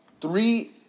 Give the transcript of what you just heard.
three